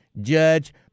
Judge